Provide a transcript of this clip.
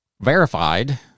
verified